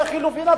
לחלופין,